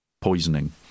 poisoning